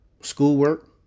schoolwork